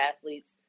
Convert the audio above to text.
athletes